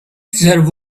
there